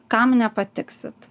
kam nepatiksit